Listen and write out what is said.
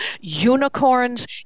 unicorns